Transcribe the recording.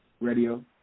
radio